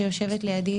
שיושבת לידי,